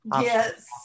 Yes